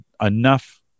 enough